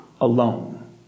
alone